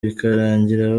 bikarangira